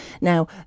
Now